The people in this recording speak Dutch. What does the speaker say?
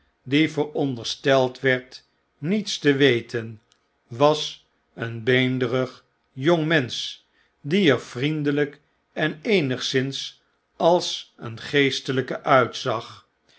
die verondersteld werd niets te weten was een beenderig jongmensch die er vriendelijk en eenigszins ais een geestelyke uitzag